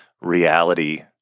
reality